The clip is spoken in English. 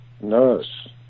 nurse